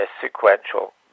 sequential